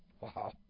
Wow